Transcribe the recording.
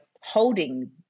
holding